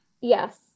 Yes